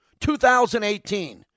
2018